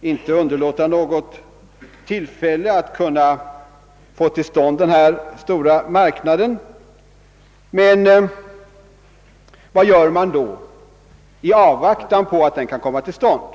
inte vill försitta något tillfälle att få till stånd denna stormarknad. Vad gör man då i avvaktan på att den kan komma till stånd?